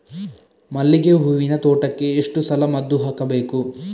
ಮಲ್ಲಿಗೆ ಹೂವಿನ ತೋಟಕ್ಕೆ ಎಷ್ಟು ಸಲ ಮದ್ದು ಹಾಕಬೇಕು?